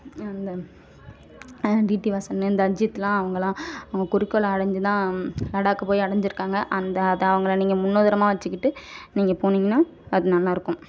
அந்த டீடி வாசன் இந்த அஜீத்லாம் அவங்கெளாம் அவங்கள் குறிக்கோள அடைஞ்சிதான் லடாக் போய் அடைஞ்சிருக்காங்க அந்த அதை அவர்கள நீங்க முன்னுதாரணமாக வச்சுக்கிட்டு நீங்கள் போனீங்கன்னா அது நல்லாயிருக்கும்